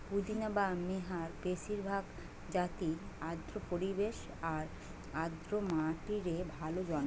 পুদিনা বা মেন্থার বেশিরভাগ জাতিই আর্দ্র পরিবেশ আর আর্দ্র মাটিরে ভালা জন্মায়